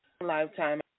Lifetime